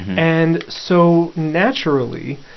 and so naturally,